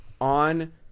on